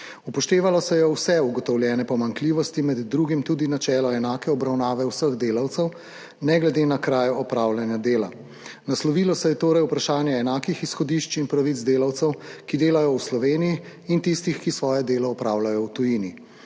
Upoštevalo se je vse ugotovljene pomanjkljivosti, med drugim tudi načelo enake obravnave vseh delavcev ne glede na kraje opravljanja dela. Naslovilo se je torej vprašanje enakih izhodišč in pravic delavcev, ki delajo v Sloveniji, in tistih, ki svoje delo opravljajo v tujini.